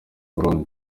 burundi